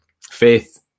faith